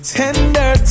tender